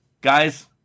Guys